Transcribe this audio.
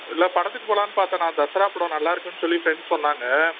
இல்லை படத்துக்கு போகலாம்னு பார்த்தேன்னா தசரா படம் நல்லாருக்குதுனு சொல்லி ஃப்ரெண்ட்ஸ் சொன்னாங்க